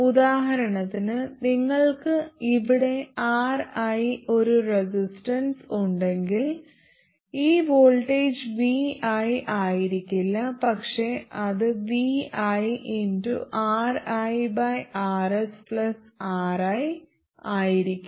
ഉദാഹരണത്തിന് നിങ്ങൾക്ക് ഇവിടെ Ri ഒരു റെസിസ്റ്റൻസ് ഉണ്ടെങ്കിൽ ഈ വോൾട്ടേജ് vi ആയിരിക്കില്ല പക്ഷേ അത് viRiRsRi ആയിരിക്കും